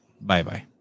Bye-bye